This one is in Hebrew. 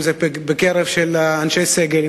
אם זה בקרב אנשי הסגל,